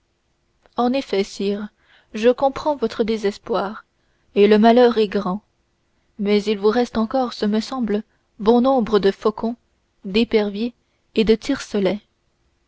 en effet sire je comprends votre désespoir et le malheur est grand mais il vous reste encore ce me semble bon nombre de faucons d'éperviers et de tiercelets